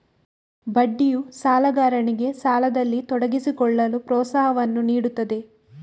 ಬಡ್ಡಿಯು ಸಾಲಗಾರನಿಗೆ ಸಾಲದಲ್ಲಿ ತೊಡಗಿಸಿಕೊಳ್ಳಲು ಪ್ರೋತ್ಸಾಹವನ್ನು ನೀಡುತ್ತದೆ